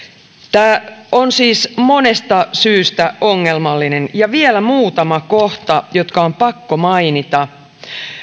tämä on siis monesta syystä ongelmallinen ja vielä muutama kohta jotka on pakko mainita